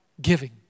giving